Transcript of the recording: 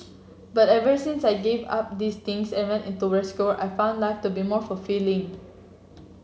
but ever since I gave up these things and went into rescue work I've found life to be more fulfilling